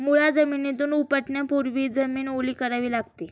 मुळा जमिनीतून उपटण्यापूर्वी जमीन ओली करावी लागते